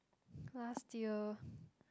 last year